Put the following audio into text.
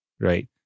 right